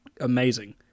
Amazing